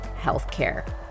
healthcare